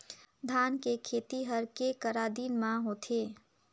धान के खेती हर के करा दिन म होथे?